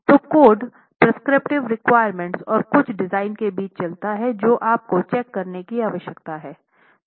तो code prescriptive requirement और कुछ डिज़ाइन के बीच चलता है जो आपको चेक करने की आवश्यकता है